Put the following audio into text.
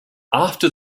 after